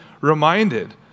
reminded